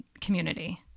community